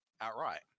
outright